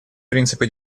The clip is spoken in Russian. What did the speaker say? принципу